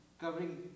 covering